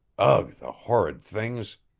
ugh, the horrid things!